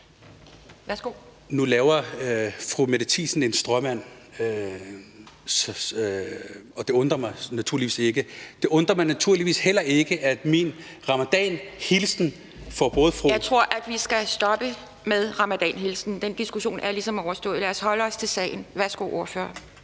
(UFG): Nu laver fru Mette Thiesen en stråmand, og det undrer mig naturligvis ikke. Det undrer mig naturligvis heller ikke, at ramadanhilsenen ... Kl. 11:39 Anden næstformand (Pia Kjærsgaard): Jeg tror, at vi skal stoppe med ramadanhilsenen. Den diskussion er ligesom overstået. Lad os holde os til sagen. Værsgo, ordfører.